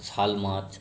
শাল মাছ